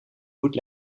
goed